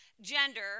gender